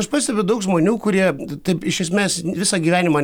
aš pastebiu daug žmonių kurie taip iš esmės visą gyvenimą